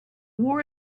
war